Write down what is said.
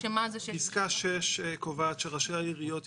פסקה 6 קובעת שראשי העיריות ירושלים,